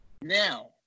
Now